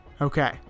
okay